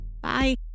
Bye